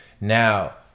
Now